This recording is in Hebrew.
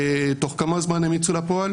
תוך כמה זמן הן יצאו לפועל?